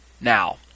Now